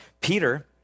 Peter